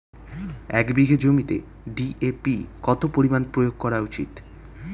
এক বিঘে জমিতে ডি.এ.পি কত পরিমাণ প্রয়োগ করা উচিৎ?